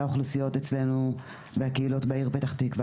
האוכלוסיות אצלנו בקהילות בעיר פתח תקווה,